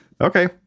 Okay